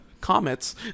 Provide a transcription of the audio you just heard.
Comets